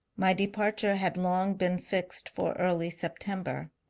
my departure had long been fixed for early september,